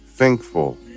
Thankful